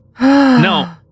no